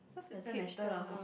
doesn't matter lah hor